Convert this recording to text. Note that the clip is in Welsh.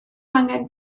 angen